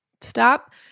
Stop